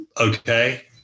okay